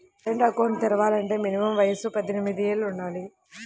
current account తెరవాలంటే minimum వయసు పద్దెనిమిది యేళ్ళు వుండాలి